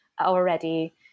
already